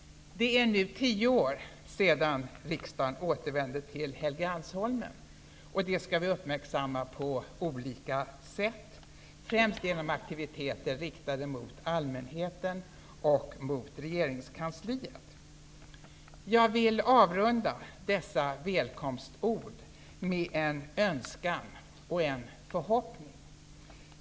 Det är nu tio år sedan riksdagen återvände till Helgeandsholmen. Detta skall vi uppmärksamma på olika sätt, främst genom aktiviteter riktade mot allmänheten och regeringskansliet. Jag vill avrunda dessa välkomstord med en önskan och en förhoppning.